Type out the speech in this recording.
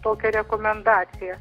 tokią rekomendaciją